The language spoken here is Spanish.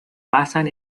pasan